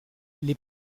les